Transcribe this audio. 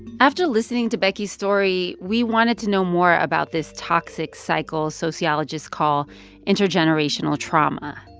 after listening to becky's story, we wanted to know more about this toxic cycle sociologists call intergenerational trauma.